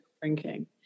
Drinking